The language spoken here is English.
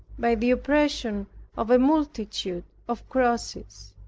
by the oppression of a multitude of crosses.